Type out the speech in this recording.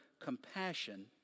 compassion